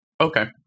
Okay